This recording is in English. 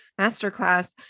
masterclass